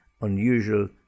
unusual